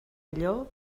allò